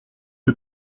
que